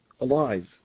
alive